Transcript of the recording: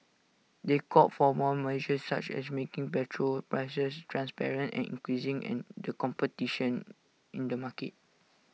they called for more measures such as making petrol prices transparent and increasing the competition in the market